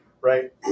right